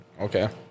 Okay